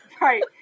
right